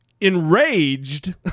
enraged